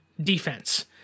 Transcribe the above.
defense